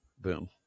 Boom